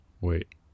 wait